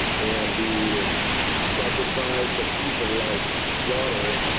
and the sacrifice of people like slaughter.